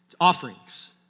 offerings